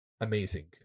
amazing